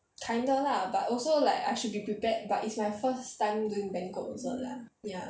kinda lah but I also like I should be prepared but it's my first time doing banquet also lah ya